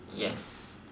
yes